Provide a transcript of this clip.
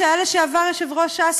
לשעבר יושב-ראש ש"ס,